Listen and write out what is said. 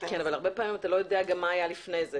הרבה פעמים אתה לא יודע מה היה לפני כן.